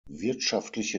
wirtschaftliche